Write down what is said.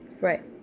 right